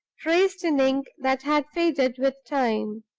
traced in ink that had faded with time.